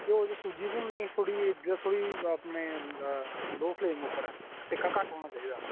घ्यो च सूजी भुन्ननी थोह्ड़ी थोह्ड़ी जेही अपने लो फ्लैम उप्पर सेका घट्ट होना चाहिदा